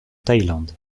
thaïlande